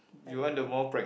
I don't know